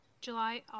July